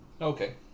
Okay